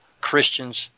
Christians